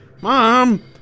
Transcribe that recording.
Mom